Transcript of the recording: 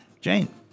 Jane